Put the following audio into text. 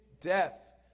death